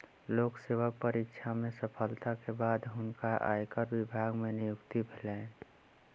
लोक सेवा परीक्षा में सफलता के बाद हुनका आयकर विभाग मे नियुक्ति भेलैन